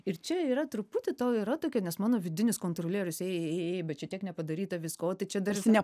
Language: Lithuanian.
ir čia yra truputį to yra tokia nes mano vidinis kontrolierius ei ei ei ei bet čia tiek nepadaryta visko o tai čia dar